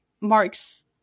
marks